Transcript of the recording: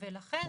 ולכן,